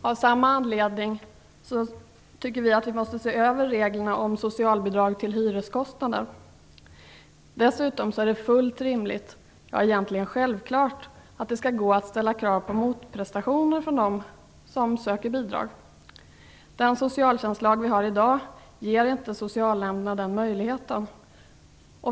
Av samma anledning måste vi se över reglerna om socialbidrag till hyreskostnader. Dessutom är det fullt rimligt, egentligen självklart, att det skall gå att ställa krav på motprestationer från de bidragssökande. Den socialtjänstlag som vi har i dag ger inte socialnämnderna den möjligheten.